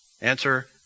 Answer